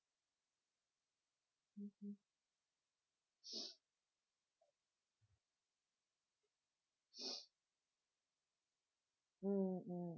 mm mm